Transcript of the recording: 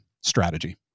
strategy